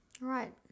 Right